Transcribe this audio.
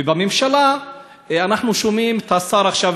ובממשלה אנחנו שומעים את השר עכשיו,